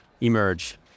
emerge